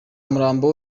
umurambo